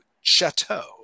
chateau